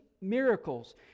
miracles